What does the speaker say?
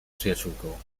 przyjaciółką